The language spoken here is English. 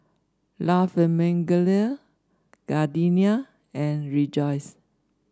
La Famiglia Gardenia and Rejoice